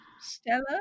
Stella